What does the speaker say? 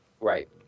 Right